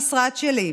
המשרד שלי,